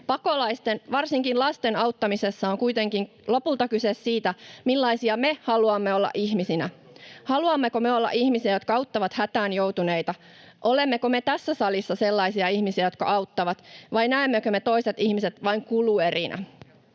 Pakolaisten, varsinkin lasten, auttamisessa on kuitenkin lopulta kyse siitä, millaisia me haluamme olla ihmisinä. Haluammeko me olla ihmisiä, jotka auttavat hätään joutuneita? Olemmeko me tässä salissa sellaisia ihmisiä, jotka auttavat, vai näemmekö me toiset ihmiset vain kuluerinä?